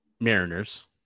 mariners